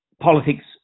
politics